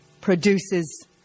produces